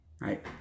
right